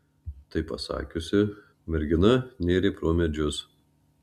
tai pasakiusi mergina nėrė pro medžius